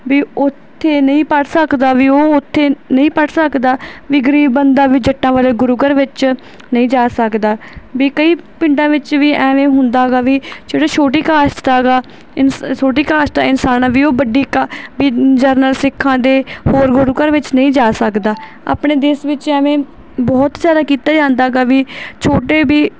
ਵੀ ਉੱਥੇ ਨਹੀਂ ਪੜ੍ਹ ਸਕਦਾ ਵੀ ਉਹ ਉੱਥੇ ਨਹੀਂ ਪੜ੍ਹ ਸਕਦਾ ਵੀ ਗਰੀਬ ਬੰਦਾ ਵੀ ਜੱਟਾਂ ਵਾਲੇ ਗੁਰੂ ਘਰ ਵਿੱਚ ਨਹੀਂ ਜਾ ਸਕਦਾ ਵੀ ਕਈ ਪਿੰਡਾਂ ਵਿੱਚ ਵੀ ਐਵੇਂ ਹੁੰਦਾ ਹੈਗਾ ਵੀ ਜਿਹੜੇ ਛੋਟੀ ਕਾਸਟ ਹੈਗਾ ਇਨਸ ਛੋਟੀ ਕਾਸਟ ਦਾ ਇਨਸਾਨ ਆ ਵੀ ਉਹ ਵੱਡੀ ਕਾ ਵੀ ਜਨਰਲ ਸਿੱਖਾਂ ਦੇ ਹੋਰ ਗੁਰੂ ਘਰ ਵਿਚ ਨਹੀਂ ਜਾ ਸਕਦਾ ਆਪਣੇ ਦੇਸ਼ ਵਿਚ ਐਵੇਂ ਬਹੁਤ ਜ਼ਿਆਦਾ ਕੀਤਾ ਜਾਂਦਾ ਹੈਗਾ ਵੀ ਛੋਟੇ ਵੀ